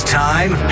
time